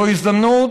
זו הזדמנות,